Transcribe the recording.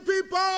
people